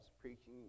preaching